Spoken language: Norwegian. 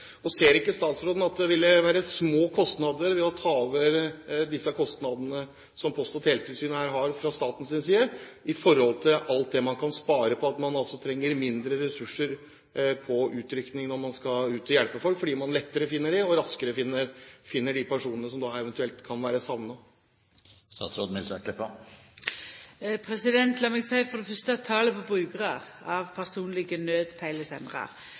Ser ikke statsråden at det fra statens side ville være små kostnader ved å ta over de kostnadene som Post- og teletilsynet har, i forhold til alt det man kan spare ved at man altså trenger mindre ressurser på utrykning, fordi man lettere og raskere finner de personene som eventuelt kan være savnet? Lat meg seia: For det fyrste har talet på brukarar av